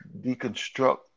deconstruct